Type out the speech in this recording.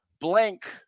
blank